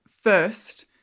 first